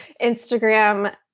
Instagram